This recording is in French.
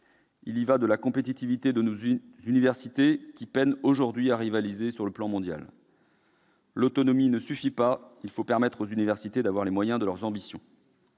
Il y va de la compétitivité de nos universités, qui peinent aujourd'hui à rivaliser sur le plan mondial. L'autonomie ne suffit pas, il faut permettre aux universités d'avoir les moyens de leurs ambitions.